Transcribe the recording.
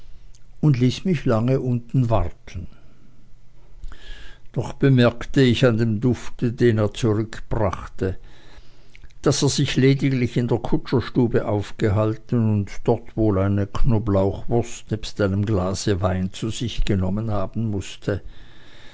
und ließ mich lange unten warten doch bemerkte ich an dem dufte den er zurückbrachte daß er sich lediglich in der kutscherstube aufgehalten und dort wohl eine knoblauchwurst nebst einem glase wein zu sich genommen haben mußte